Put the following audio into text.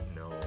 no